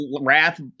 wrath